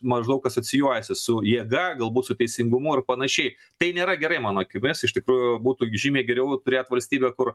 maždaug asocijuojiesi su jėga galbūt su teisingumu ir panašiai tai nėra gerai mano akimis iš tikrųjų būtų žymiai geriau turėt valstybę kur